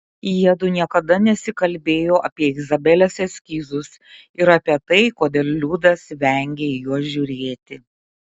jiedu niekada nesikalbėjo apie izabelės eskizus ir apie tai kodėl liudas vengia į juos žiūrėti